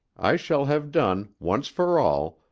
i shall have done, once for all,